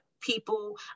people